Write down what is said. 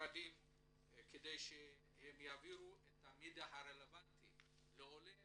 כדי שהם יעבירו את המידע הרלבנטי לעולה